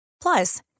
Plus